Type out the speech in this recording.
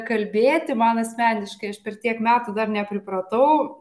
kalbėti man asmeniškai aš per tiek metų dar nepripratau